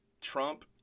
Trump